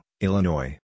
Illinois